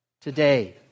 today